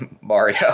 Mario